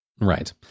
right